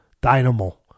dynamo